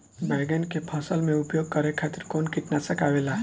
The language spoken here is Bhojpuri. बैंगन के फसल में उपयोग करे खातिर कउन कीटनाशक आवेला?